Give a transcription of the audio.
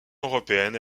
européenne